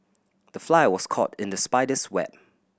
the fly was caught in the spider's web